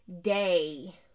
day